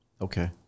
Okay